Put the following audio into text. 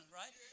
right